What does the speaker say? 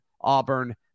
Auburn